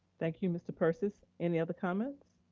thank you, mr. persis. any other comments?